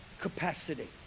capacity